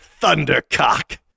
Thundercock